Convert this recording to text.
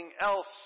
else